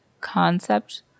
concept